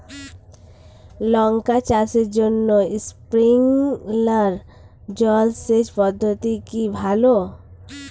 লঙ্কা চাষের জন্য স্প্রিংলার জল সেচ পদ্ধতি কি ভালো?